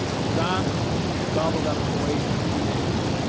saddam had gobbled up kuwait in two days,